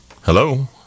Hello